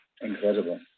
incredible